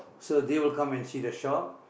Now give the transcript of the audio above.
so they will come and see the shop